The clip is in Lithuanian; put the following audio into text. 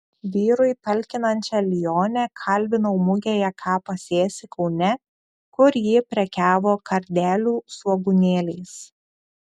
vyrui talkinančią lionę kalbinau mugėje ką pasėsi kaune kur ji prekiavo kardelių svogūnėliais